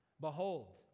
Behold